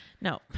No